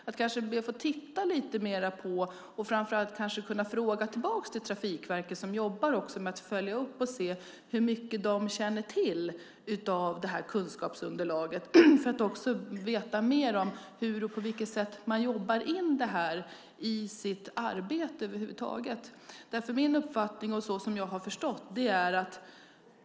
Jag ska be att få titta lite mer på det och kanske fråga Trafikverket, som jobbar med att följa upp detta, för att höra hur mycket de känner till om det kunskapsunderlaget och för att få veta mer om på vilket sätt man jobbar med det i sitt arbete över huvud taget.